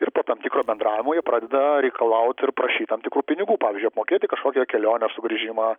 ir po tam tikro bendravimo jie pradeda reikalaut ir prašyt tam tikrų pinigų pavyzdžiui apmokėti kažkokią kelionę sugrįžimą